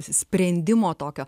sprendimo tokio